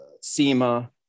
SEMA